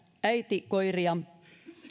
äitikoiria